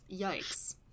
Yikes